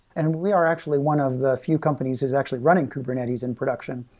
and we are actually one of the few companies who's actually running kubernetes in production,